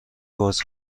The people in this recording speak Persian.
باز